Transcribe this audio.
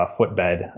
footbed